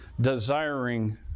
desiring